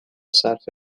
صرف